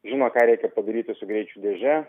žino ką reikia padaryti su greičių dėže